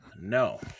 No